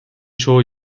çoğu